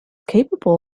capable